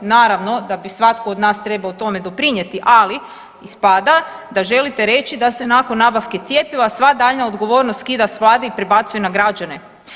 Naravno da bi svatko od nas trebao tome doprinjeti, ali ispada da želite reći da se nakon nabavke cjepiva sva daljnja odgovornost skida s vlade i prebacuje na građane.